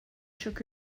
shook